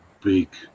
big